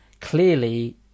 clearly